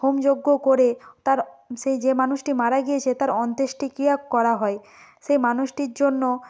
home যজ্ঞ করে তার সেই যে মানুষটি মারা গিয়েছে তার অন্ত্যেষ্টিক্রিয়া করা হয় সেই মানুষটির জন্য